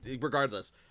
regardless